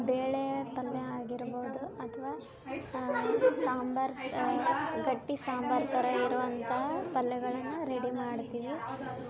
ಬೇಳೆ ಪಲ್ಯ ಆಗಿರ್ಬೋದು ಅಥವಾ ಸಾಂಬಾರು ಗಟ್ಟಿ ಸಾಂಬಾರು ಥರ ಇರೋವಂಥಾ ಪಲ್ಯಗಳನ್ನ ರೆಡಿ ಮಾಡ್ತೀವಿ